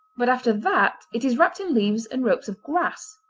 but after that it is wrapped in leaves and ropes of grass.